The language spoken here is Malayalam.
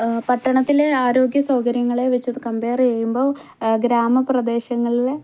പട്ടണത്തിലെ ആരോഗ്യസൗകര്യങ്ങളെ വെച്ചത് കംപെയർ ചെയ്യുമ്പോൾ ഗ്രാമപ്രദേശങ്ങളിൽ